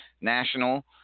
national